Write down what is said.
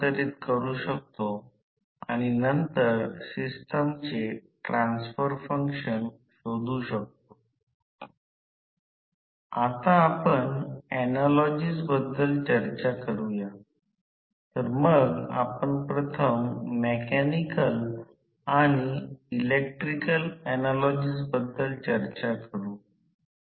हे रूपांतर नंतर दर्शविले जाईल जसे ट्रान्सफॉर्मर जवळपास सारखेच असेल तिथे तिथे r2 ' a वर्ग r2 s X 2s एक चौरस X 2 असेल आणि येथे सध्या ही बाजू 22 आहे